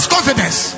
confidence